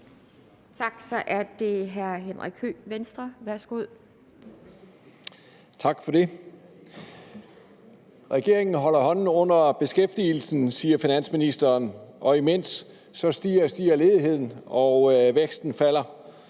Kl. 18:01 Henrik Høegh (V): Tak for det. Regeringen holder hånden under beskæftigelsen, siger finansministeren, og imens stiger og stiger ledigheden, og væksten falder.